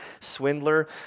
swindler